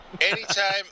anytime